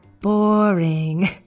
Boring